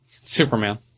Superman